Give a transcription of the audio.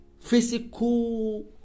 physical